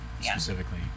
Specifically